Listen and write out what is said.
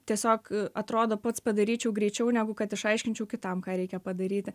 tiesiog atrodo pats padaryčiau greičiau negu kad išaiškinčiau kitam ką reikia padaryti